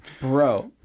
Bro